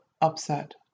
upset